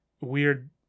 weird